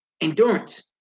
Endurance